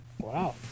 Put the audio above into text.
Wow